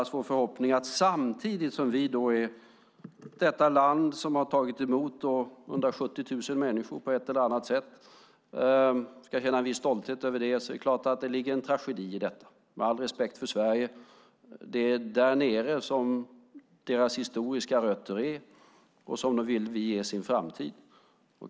Samtidigt som vi är ett land som har tagit emot 170 000 människor på ett eller annat sätt och ska känna en viss stolthet över det är det klart att det ligger en tragedi i detta. Med all respekt för Sverige, men det är därnere som deras historiska rötter finns och där som vi vill ge dem sin framtid.